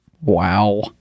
wow